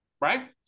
right